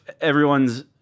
everyone's